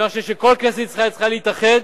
אני חושב שכל כנסת ישראל צריכה להתאחד